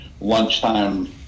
lunchtime